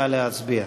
נא להצביע.